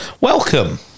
Welcome